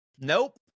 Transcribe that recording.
Nope